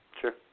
Sure